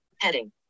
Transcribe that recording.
heading